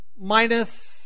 Minus